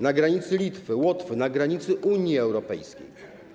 na granicy Litwy, Łotwy, na granicy Unii Europejskiej.